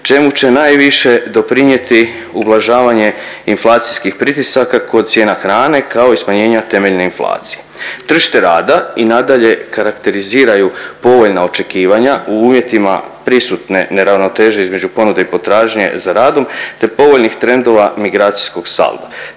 čemu će najviše doprinjeti ublažavanje inflacijskih pritisaka kod cijena hrane, kao i smanjenja temeljne inflacije. Tržište rada i nadalje karakteriziraju povoljna očekivanja u uvjetima prisutne neravnoteže između ponude i potražnje za radom, te povoljnih trendova migracijskog salda.